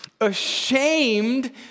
ashamed